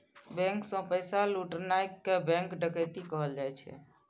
bank सं पैसा लुटनाय कें बैंक डकैती कहल जाइ छै